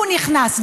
הוא נכנס,